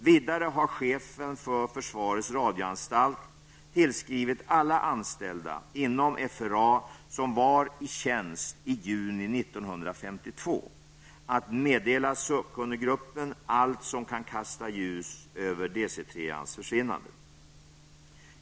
Vidare har chefen för försvarets radioanstalt tillskrivit alla anställda inom FRA som var i tjänst i juni 1952, att meddela sakkunniggruppen allt som kan kasta ljus över DC 3-ans försvinnande.